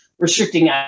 restricting